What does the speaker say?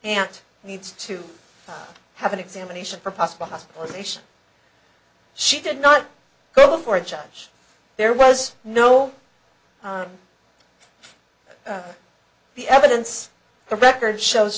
aunt needs to have an examination for possible hospitalization she did not go before a judge there was no the evidence the record shows